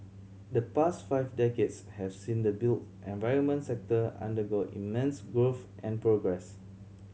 the past five decades has seen the built environment sector undergo immense growth and progress